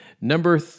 Number